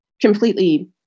completely